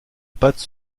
pattes